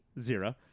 Zero